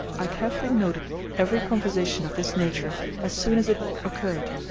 i carefully noted every conversation of this nature as soon as it occurred,